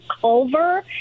Culver